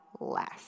less